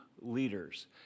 leaders